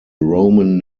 roman